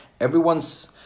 everyone's